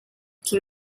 can